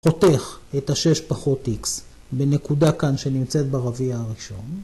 חותך את השש פחות איקס בנקודה כאן שנמצאת ברביע הראשון.